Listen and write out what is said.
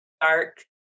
dark